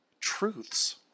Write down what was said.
truths